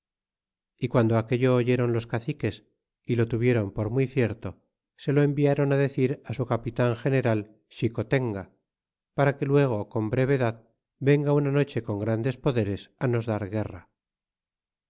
y guando aquello oyeron los caciques y lo tuvieron por muy cierto e lo environ decir su capitan general xicotenga para que luego con brevedad venga una noche con grandes poderes nos dar guerra